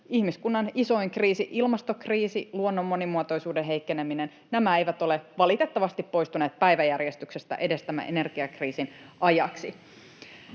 ihmiskunnan isoin kriisi ilmastokriisi ja luonnon monimuotoisuuden heikkeneminen eivät ole, valitettavasti, poistuneet päiväjärjestyksestä edes tämän energiakriisin ajaksi.